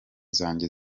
zanjye